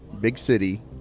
big-city